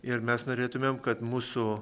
ir mes norėtumėm kad mūsų